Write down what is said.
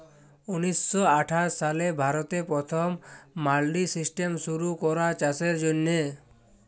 উনিশ শ আঠাশ সালে ভারতে পথম মাল্ডি সিস্টেম শুরু ক্যরা চাষের জ্যনহে